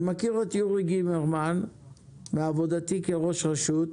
אני מכיר את יורי גמרמן מעבודתי כראש רשות,